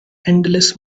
endless